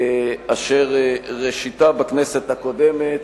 אשר ראשיתה בכנסת הקודמת,